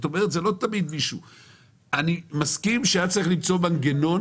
אני מסכים שהיה צריך למצוא מנגנון,